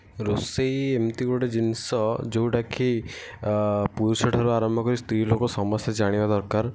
ରୋଷେଇ ଏମିତି ଗୋଟିଏ ଜିନିଷ ଯେଉଁଟା କି ପୁରୁଷ ଠାରୁ ଆରମ୍ଭ କରି ସ୍ତ୍ରୀ ଲୋକ ସମସ୍ତେ ଜାଣିବା ଦରକାର